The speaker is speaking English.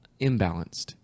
imbalanced